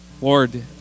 Lord